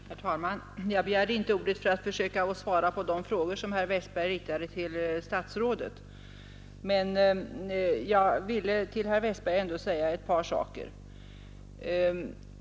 Herr talman! Jag begärue inte ordet för att försöka svara på de frågor som herr Westberg i Ljusdal riktade till statsrådet, men jag ville till herr Westberg ändå säga ett par saker.